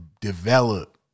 develop